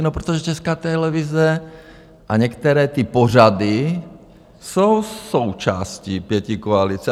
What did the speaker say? No protože Česká televize a některé ty pořady jsou součástí pětikoalice.